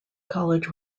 college